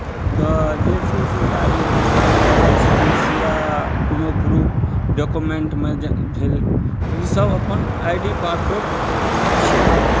तऽ जे छै से गाड़ी ड्राईवर या लाइसेंस या कोनो प्रूफ डॉक्यूमेंटमे जे भेल इसभ अपन आई डी पासवर्ड छियै